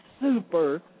super